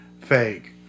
fake